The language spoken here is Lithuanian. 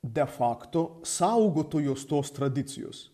de fakto saugotojos tos tradicijos